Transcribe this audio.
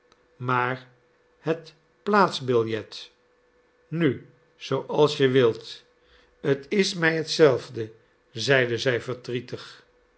maar het plaatsbillet nu zooals je wilt t is mij hetzelfde zeide zij verdrietig